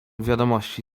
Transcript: wiadomości